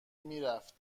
میرفت